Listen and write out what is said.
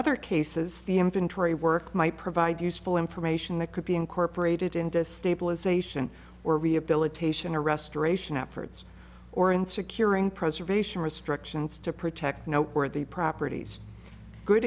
other cases the inventory work might provide useful information that could be incorporated into stabilisation or rehabilitation or restoration efforts or in securing preservation restrictions to protect you know where the properties good